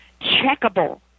checkable